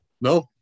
No